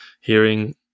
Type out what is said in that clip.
hearing